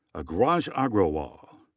agraj agarwal.